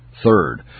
Third